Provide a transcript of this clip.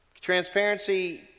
Transparency